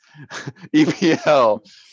EPL